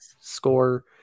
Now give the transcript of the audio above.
score